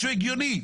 הגיוני.